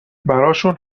براشون